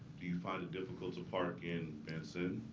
do you find it difficult to park in benson,